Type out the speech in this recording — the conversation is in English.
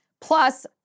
plus